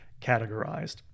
categorized